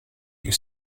you